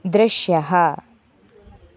दृश्यः